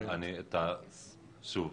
שוב,